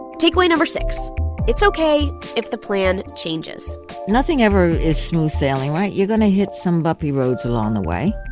takeaway no. six it's ok if the plan changes nothing ever is smooth sailing, right? you're going to hit some bumpy roads along the way.